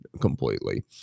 completely